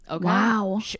Wow